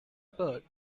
bird